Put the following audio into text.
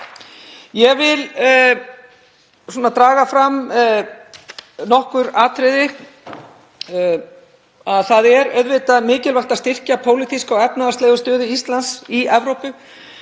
Ég vil draga fram nokkur atriði. Það er auðvitað mikilvægt að styrkja pólitíska og efnahagslega stöðu Íslands í Evrópu.